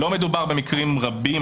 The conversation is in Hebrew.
לא מדובר במקרים רבים.